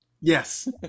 Yes